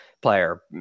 player